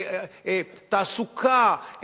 תעסוקה,